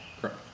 Correct